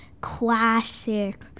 classic